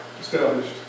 established